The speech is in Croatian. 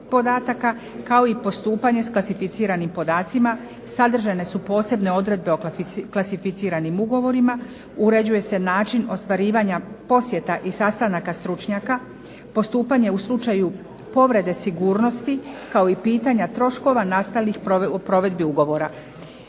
kao i postupanje s klasificiranim podacima, sadržane su posebne odredbe o klasificiranim ugovorima, uređuje se način ostvarivanja posjeta i sastanaka stručnjaka, postupanja u slučaju povrede sigurnosti kao i pitanja troškova nastalih u provedbi ugovora.